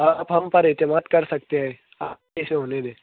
آپ ہم پر اعتماد کر سکتے ہیں آپ اِسے ہونے دیں